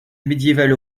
médiévale